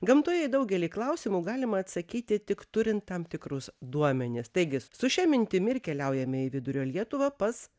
gamtoje į daugelį klausimų galima atsakyti tik turint tam tikrus duomenis taigi su šia mintimi ir keliaujame į vidurio lietuvą pas